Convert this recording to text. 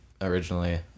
originally